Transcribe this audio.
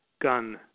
gun